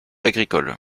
agricole